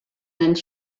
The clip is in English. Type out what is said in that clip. and